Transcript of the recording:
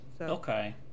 Okay